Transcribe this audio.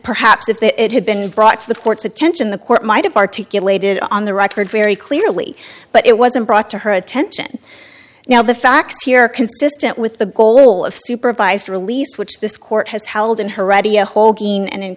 perhaps if it had been brought to the court's attention the court might have articulated on the record very clearly but it wasn't brought to her attention now the facts here consistent with the goal of supervised release which this court has held in heredia whole being and in